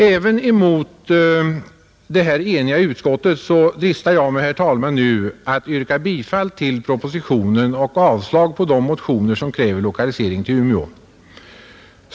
Även emot det eniga utskottet dristar jag mig nu, herr talman, att yrka bifall till punkt 22 i propositionen och avslag på de motioner som kräver lokalisering till Umeå.